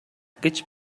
гэж